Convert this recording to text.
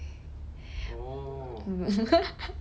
mm